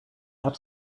app